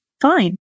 fine